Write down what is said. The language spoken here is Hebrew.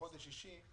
ובחודש שישי,